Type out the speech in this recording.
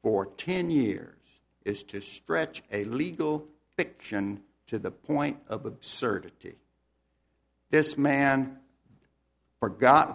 for ten years is to stretch a legal fiction to the point of absurdity this man forgot